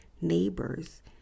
neighbors